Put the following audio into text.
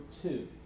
two